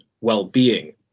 well-being